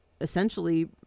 essentially